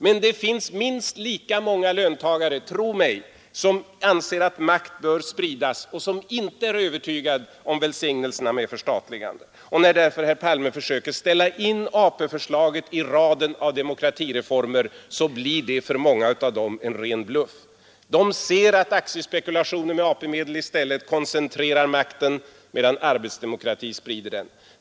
Men det finns minst lika många löntagare — tro mig — som anser att makt bör spridas och som inte är övertygade om välsignelserna med förstatligandet. När herr Palme försöker ställa in AP-förslaget i raden av demokratireformer så blir det därför för många av dem en ren bluff. De anser att aktiespekulationer med AP-medel i stället koncentrerar makten, medan arbetsdemokrati sprider den.